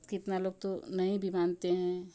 कितना लोग तो नहीं भी मानते हैं